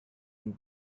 and